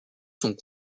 sont